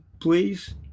please